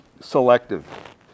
selective